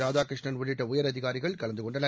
ராதாகிருஷ்ணன் உள்ளிட்ட உயரதிகாரிகள் கலந்து கொண்டனர்